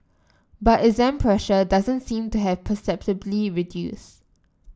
but exam pressure doesn't seem to have perceptibly reduced